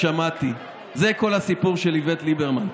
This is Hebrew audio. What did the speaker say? זה כל הסיפור של איווט ליברמן.